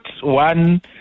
one